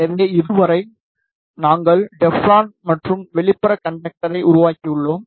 எனவே இதுவரை நாங்கள் டெஃளான் மற்றும் வெளிப்புற கண்டக்டரை உருவாக்கியுள்ளோம்